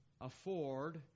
afford